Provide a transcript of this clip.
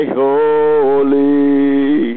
holy